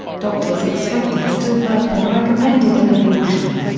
doctors expected a stillbirth and recommended an abortion.